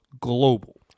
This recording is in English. global